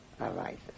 arises